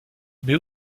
met